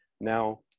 Now